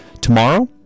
Tomorrow